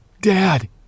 Dad